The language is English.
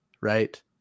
right